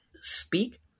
speak